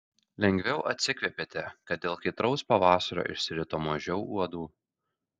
lengviau atsikvėpėte kad dėl kaitraus pavasario išsirito mažiau uodų